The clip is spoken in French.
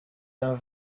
d’un